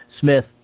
Smith